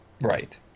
Right